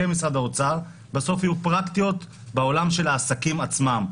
כמשרד האוצר בסוף יהיו פרקטיות בעולם של העסקים עצמם.